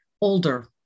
older